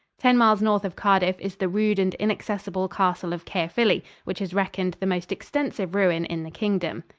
ten miles north of cardiff is the rude and inaccessible castle of caerphilly, which is reckoned the most extensive ruin in the kingdom.